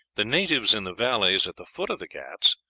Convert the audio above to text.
the natives in the valleys at the foot of the ghauts,